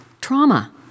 trauma